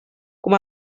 com